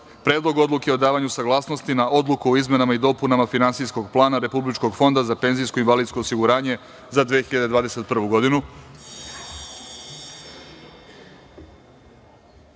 Predlog odluke o davanju saglasnosti na Odluku o izmenama i dopunama Finansijskog plana Republičkog fonda za penzijsko i invalidsko osiguranje za 2021.